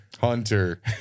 Hunter